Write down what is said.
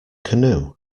canoe